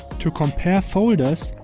to compare folders,